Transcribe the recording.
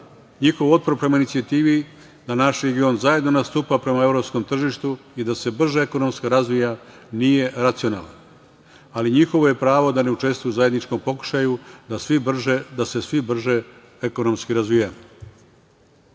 Njihov otpor prema inicijativi da naš region zajedno nastupa prema evropskom tržištu i da se brže ekonomski razvija nije racionalan, ali njihovo je pravo da ne učestvuju u zajedničkom pokušaju da se svi brže ekonomski razvijamo. Ono